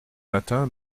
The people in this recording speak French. matin